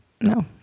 No